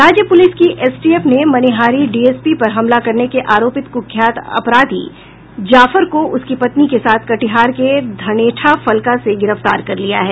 राज्य प्रलिस की एसटीएफ ने मनिहारी डीएसपी पर हमला करने के आरोपित कुख्यात अपराधी जाफर को उसकी पत्नी के साथ कटिहार के धनेठा फलका से गिरफ्तार कर लिया है